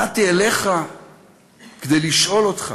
באתי אליך כדי לשאול אותך